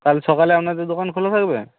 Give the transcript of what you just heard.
কাল সকালে আপনাদের দোকান খোলা থাকবে